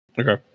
okay